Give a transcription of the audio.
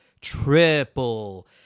triple